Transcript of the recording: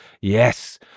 Yes